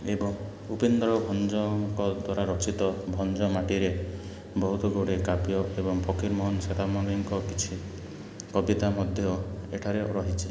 ଏବଂ ଉପେନ୍ଦ୍ର ଭଞ୍ଜଙ୍କ ଦ୍ୱାରା ରଚିତ ଭଞ୍ଜ ମାଟିରେ ବହୁତ ଗୁଡ଼ିଏ କାବ୍ୟ ଏବଂ ଫକୀରମୋହନ ସେନାପତିଙ୍କ କିଛି କବିତା ମଧ୍ୟ ଏଠାରେ ରହିଛି